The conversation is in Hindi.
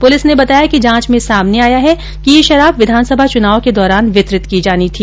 पुलिस ने बताया कि जांच में सामने आया है कि यह शराब विधानसभा चुनाव के दौरान वितरित की जानी थी